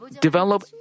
develop